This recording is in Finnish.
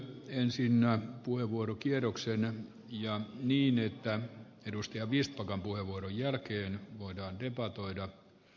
ensinnä puheenvuorokierroksen ja niin että edustaja vistbackan puheenvuoron jälkeen voidaan rivato in vastalausetta